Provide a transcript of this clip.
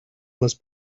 must